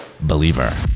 believer